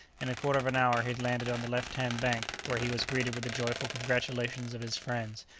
in a quarter of an hour he had landed on the left hand bank, where he was greeted with the joyful congratulations of his friends,